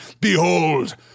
Behold